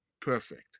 perfect